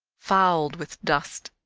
fouled with dust,